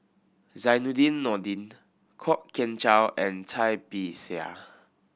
Zainudin Nordin Kwok Kian Chow and Cai Bixia